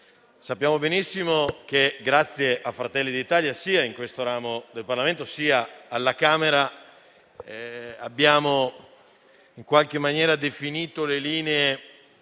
Sappiamo benissimo che grazie a Fratelli d'Italia, sia in questo ramo del Parlamento sia alla Camera, abbiamo definito la linea